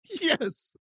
Yes